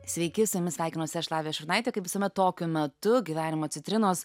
sveiki su jumis sveikinuosi aš lavija šurnaitė kaip visuomet tokiu metu gyvenimo citrinos